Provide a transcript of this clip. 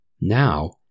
Now